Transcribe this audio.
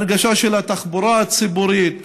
הנגשה של התחבורה הציבורית,